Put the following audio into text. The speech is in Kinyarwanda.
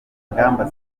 ingamba